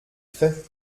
fait